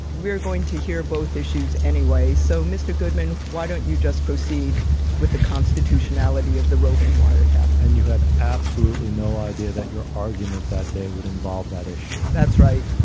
we're going to hear both issues anyway, so mr. goodman, why don't you just proceed with the constitutionality of the roving wiretap? and you had absolutely no idea that your argument that day would involve involve that issue? that's right.